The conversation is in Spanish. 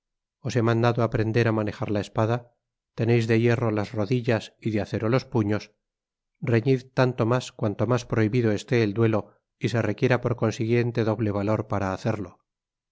os he mandado aprender á manejar la espada teneis de hierro las rodillas y de acero los puños reñid tanto mas cuanto mas prohibido esté el duelo y se requiera por consiguiente doble valor para hacerlo